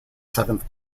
seventh